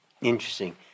Interesting